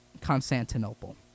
Constantinople